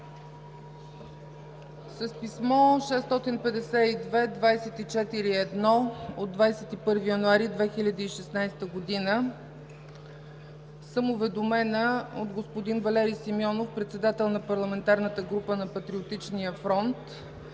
С писмо № 652-24-1 от 21 януари 2016 г. съм уведомена от господин Валери Симеонов – председател на Парламентарната група на Патриотичния фронт,